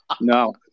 No